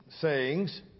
sayings